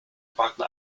gebrachten